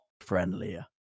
friendlier